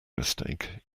mistake